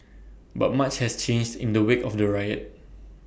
but much has changed in the wake of the riot